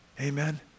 Amen